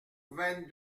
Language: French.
vingt